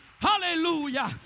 hallelujah